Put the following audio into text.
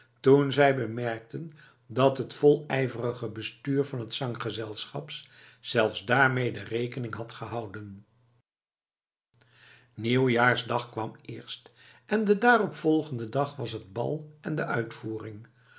toen zij bemerkten dat het volijverige bestuur van t zanggezelschap zelfs daarmede rekening had gehouden nieuwjaarsdag kwam eerst en den daarop volgenden dag was het bal en de uitvoering